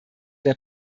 der